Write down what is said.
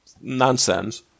nonsense